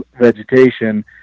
vegetation